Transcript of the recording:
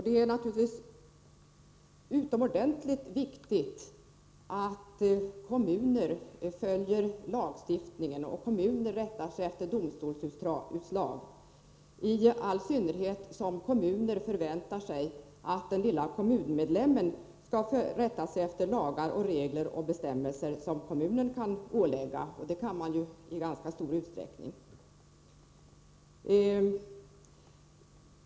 Det är naturligtvis utomordentligt viktigt att kommuner följer lagstiftningen och rättar sig efter domstolsutslag, i all synnerhet som kommunen förväntar sig att den lilla kommunmedlemmen skall rätta sig efter lagar, regler och bestämmelser som kommunen kan ålägga medborgarna — och det kan den ju i ganska stor utsträckning.